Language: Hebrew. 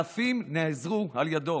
אלפים נעזרו בו.